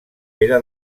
pere